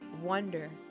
wonder